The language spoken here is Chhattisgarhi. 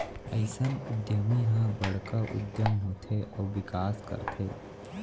अइसन उद्यमी ह बड़का उद्यम होथे अउ बिकास करथे